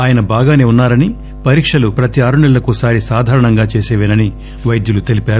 ఆయన బాగానే వున్నారని పరీక్షలు ప్రతి ఆరునెలలకోకసారి సాధారణంగా చేసేవేనని పైద్యులు తెలిపారు